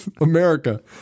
America